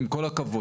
עם כל הכבוד.